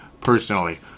personally